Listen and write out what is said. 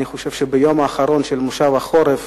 אני חושב, ביום האחרון של מושב החורף,